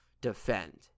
defend